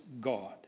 God